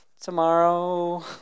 Tomorrow